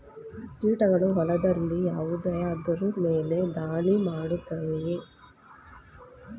ಕೀಟಗಳು ಹೊಲದಲ್ಲಿ ಯಾವುದರ ಮೇಲೆ ಧಾಳಿ ಮಾಡುತ್ತವೆ?